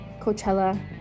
Coachella